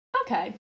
Okay